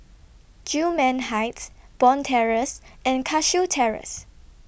Gillman Heights Bond Terrace and Cashew Terrace